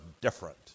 different